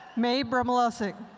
mae brummelelsic.